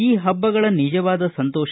ಈ ಹಬ್ಬಗಳ ನಿಜವಾದ ಸಂತೋಷ